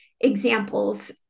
examples